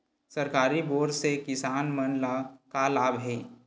सरकारी बोर से किसान मन ला का लाभ हे?